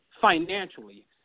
financially